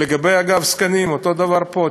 לגבי זקנים, אותו הדבר פה.